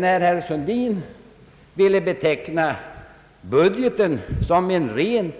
När herr Sundin ville beteckna budgeten som en rent